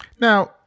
Now